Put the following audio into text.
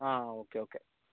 ആ okay okay